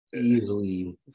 easily